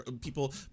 people